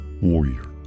warrior